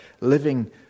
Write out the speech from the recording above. living